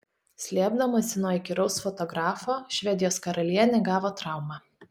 slėpdamasi nuo įkyraus fotografo švedijos karalienė gavo traumą